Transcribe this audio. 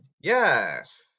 Yes